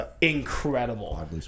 incredible